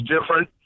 different